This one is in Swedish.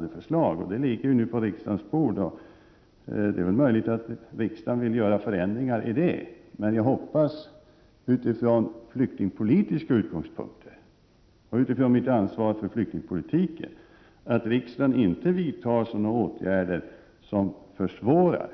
Detta förslag ligger nu på riksdagens bord. Det är möjligt att riksdagen vill göra ändringar i det. Men jag hoppas, utifrån flyktingpolitiska utgångspunkter och utifrån mitt ansvar för flyktingpolitiken, att riksdagen inte vidtar åtgärder som försvårar